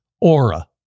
Aura